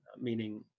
meaning